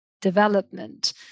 development